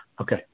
Okay